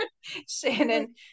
shannon